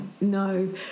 no